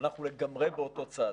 שאנחנו לגמרי באותו צד.